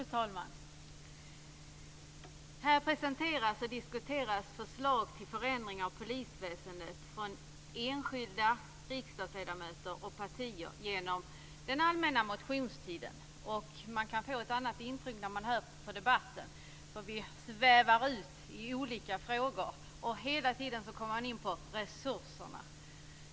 Fru talman! Här presenteras och diskuteras förslag från den allmänna motionstiden till förändringar av polisväsendet från enskilda riksdagsledamöter och från partier. Man kan få ett annat intryck när man hör debatten, eftersom man svävar ut i olika frågor. Och hela tiden kommer man in på resurserna.